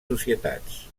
societats